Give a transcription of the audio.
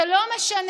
זה לא משנה,